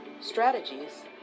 strategies